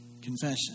confession